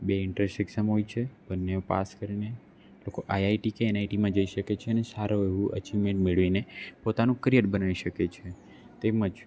બે entrance exam હોય છે બંને પાસ કરીને લોકો આઇઆઇટી કે એનઆઇટીમાં જઈ શકે છે અને સારો એવો અચિવમેન્ટ મેળવીને પોતાનું કરિયર બનાવી શકે છે તેમ જ